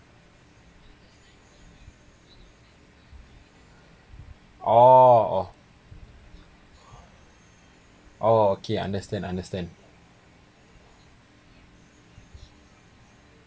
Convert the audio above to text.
orh orh orh okay understand understand